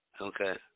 Okay